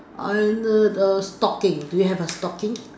I need a stocking do you have a stocking